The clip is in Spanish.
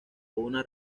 una